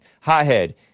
Hothead